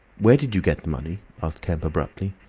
where did you get the money? asked kemp, abruptly.